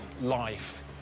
life